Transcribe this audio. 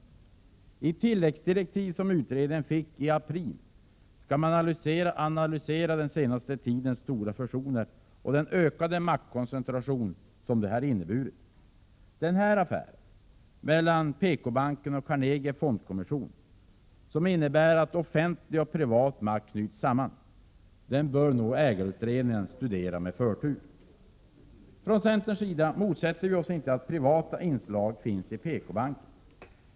Enligt tilläggsdirektiv som utredningen fick i april skall man analysera den senaste tidens stora fusioner och den ökade maktkoncentration som de har inneburit. Den här affären mellan PKbanken och Carnegie Fondkommission, som innebär att offentlig och privat makt knyts samman, bör nog ägarutredningen studera med förtur. Vi i centern motsätter oss inte att privata inslag finns i PKbanken.